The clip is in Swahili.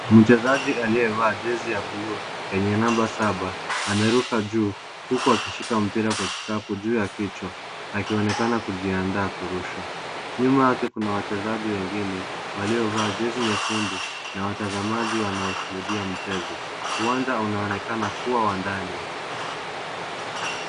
Mchezaji aliyevaa jezi ya bluu yenye namba saba. Anaruka juu huku akishika mpira kwa kikapu juu ya kichwa akionekana kujiandaa kurusha. Nyuma yake kunawachezaji wengine waliovaa jezi nyekundu na watazamaji wanaoshuhudia mchezo. Uwanja unaonekana kuwa wa ndani.